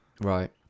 Right